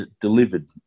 delivered